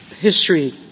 history